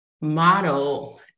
model